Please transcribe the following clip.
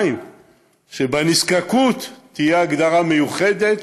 2. שלנזקקות תהיה הגדרה מיוחדת,